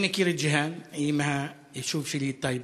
אני מכיר את ג'יהאן, היא מהיישוב שלי, טייבה.